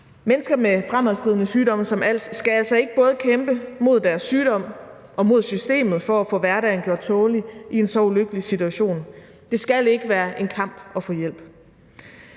Mennesker med fremadskridende sygdomme som als skal altså ikke både kæmpe mod deres sygdom og mod systemet for at få hverdagen gjort tålelig i en så ulykkelig situation. Det skal ikke være en kamp at få hjælp.